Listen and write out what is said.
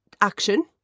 action